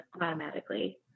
automatically